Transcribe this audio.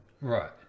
right